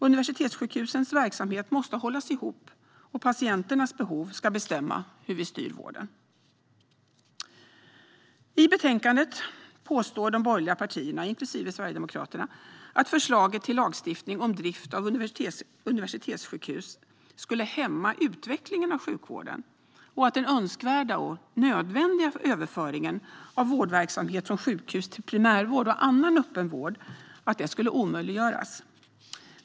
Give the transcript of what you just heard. Universitetssjukhusens verksamhet måste hållas ihop, och patienternas behov ska bestämma hur vi styr vården. I betänkandet påstår de borgerliga partierna, inklusive Sverigedemokraterna, att förslaget till lagstiftning om drift av universitetssjukhus skulle hämma utvecklingen av sjukvården och att den önskvärda och nödvändiga överföringen av vårdverksamhet från sjukhus till primärvård och annan öppenvård skulle omöjliggöras.